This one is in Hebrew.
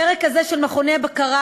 הפרק הזה של מכוני בקרה,